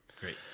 Great